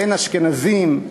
אין אשכנזים,